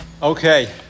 Okay